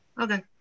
okay